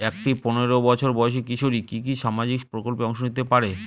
একটি পোনেরো বছর বয়সি কিশোরী কি কি সামাজিক প্রকল্পে অংশ নিতে পারে?